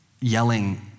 yelling